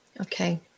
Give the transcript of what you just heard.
Okay